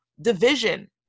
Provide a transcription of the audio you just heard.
division